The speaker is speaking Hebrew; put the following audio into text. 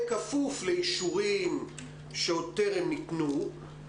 בכפוף לאישורים שעוד טרם ניתנו,